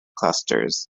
clusters